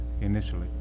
initially